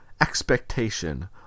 expectation